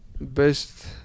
Best